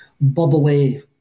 bubbly